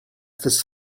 this